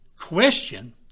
question